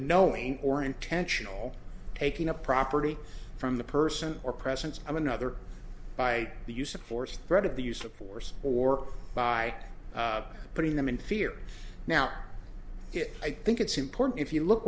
knowing or intentional taking a property from the person or presence of another by the use of force threat of the use of force or by putting them in fear now if i think it's important if you look